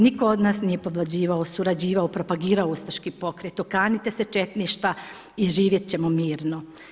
Nitko od nas nije podvlađivao, surađivao, propagirao ustaški pokret, okanite se četništva i živjet ćemo mirno.